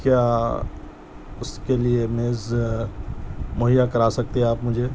کیا اس کے لئے میز مہیا کرا سکتے ہیں آپ مجھے